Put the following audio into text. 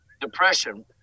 depression